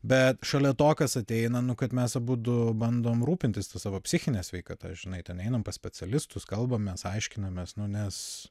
bet šalia to kas ateina nu kad mes abudu bandom rūpintis ta savo psichine sveikata žinai ten einam pas specialistus kalbamės aiškinamės nu nes